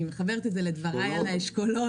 אני מחברת את דבריי על האשכולות.